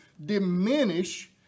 diminish